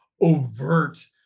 overt